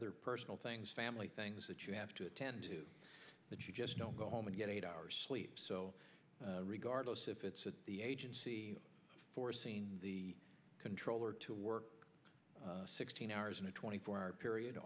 other personal things family things that you have to attend to but you just don't go home and get eight hours sleep so regardless if it's the agency forcing the controller to work sixteen hours in a twenty four hour period